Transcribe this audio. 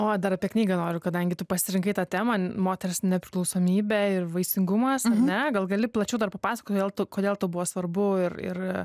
o dar apie knygą noriu kadangi tu pasirinkai tą temą moters nepriklausomybė ir vaisingumas ar ne gal gali plačiau dar papasakot kodėl kodėl tau buvo svarbu ir ir